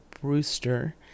Brewster